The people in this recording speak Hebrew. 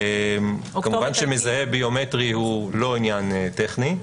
כמובן מזהה ביומטרי הוא לא עניין טכני.